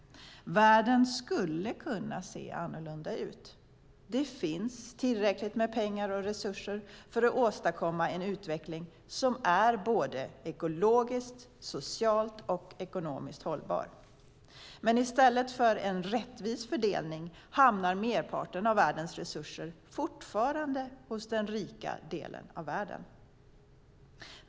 Världen skulle dock kunna se annorlunda ut. Det finns tillräckligt med pengar och resurser för att åstadkomma en utveckling som är ekologiskt, socialt och ekonomiskt hållbar. Men i stället för en rättvis fördelning hamnar merparten av världens resurser fortfarande hos den rika delen av världen.